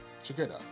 Together